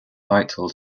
vital